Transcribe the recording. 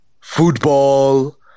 football